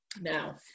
Now